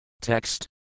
Text